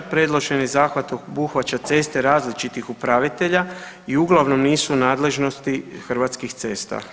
Predloženi zahvat obuhvaća ceste različitih upravitelja i uglavnom nisu u nadležnosti Hrvatskih cesta.